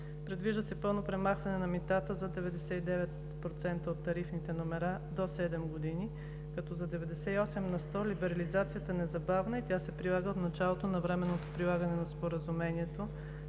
Предвижда се пълно премахване на митата за 99 на сто от тарифните номера до седем години, като за 98 на сто либерализацията е незабавна и тя се прилага от началото на временното прилагане на Споразумението,